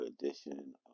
edition